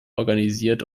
organisiert